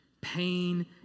Pain